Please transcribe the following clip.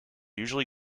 usually